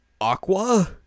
Aqua